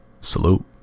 Salute